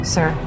Sir